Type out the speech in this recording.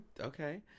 okay